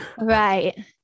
Right